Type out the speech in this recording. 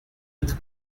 with